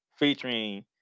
Featuring